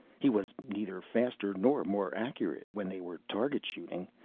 he was neither faster nor more accurate, when they were target-shooting.